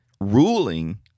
ruling